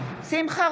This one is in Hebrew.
שמחה